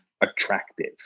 attractive